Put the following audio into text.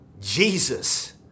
Jesus